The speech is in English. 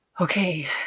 okay